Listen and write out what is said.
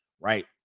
Right